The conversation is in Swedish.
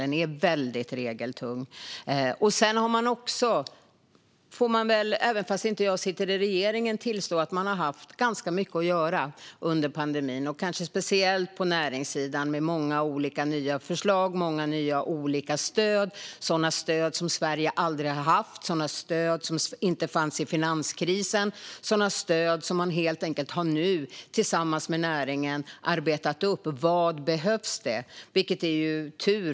Den är väldigt regeltung. Jag sitter inte i regeringen, men man får väl tillstå att regeringen har haft ganska mycket att göra under pandemin, kanske speciellt på näringssidan. Det är många olika nya förslag och många olika nya stöd. Det är sådana stöd som Sverige aldrig har haft, sådana stöd som inte fanns under finanskrisen och sådana stöd som man helt enkelt nu har arbetat fram tillsammans med näringen. Vad behövs? Det är tur att man gjort detta.